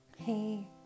Hey